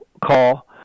call